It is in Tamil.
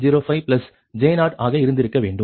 05 j 0 ஆக இருந்திருக்க வேண்டும்